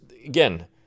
Again